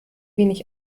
wenig